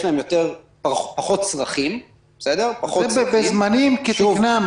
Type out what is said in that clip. יש להם פחות צרכים --- אבל זה בזמנים כתיקונם,